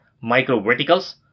micro-verticals